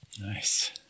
Nice